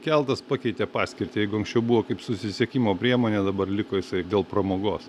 keltas pakeitė paskirtį jeigu anksčiau buvo kaip susisiekimo priemonė dabar liko jisai dėl pramogos